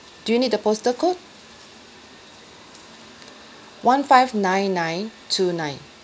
do you need the postal code one five nine nine two nine